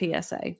PSA